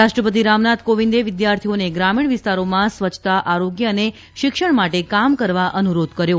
રાષ્ટ્રપતિ રામનાથ કોવિંદે વિદ્યાર્થીઓને ગ્રામીણ વિસ્તારોમાં સ્વચ્છતા આરોગ્ય અને શિક્ષણ માટે કામ કરવા અનુરોધ કર્યો